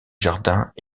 jardins